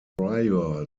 prior